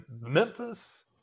Memphis